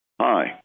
Hi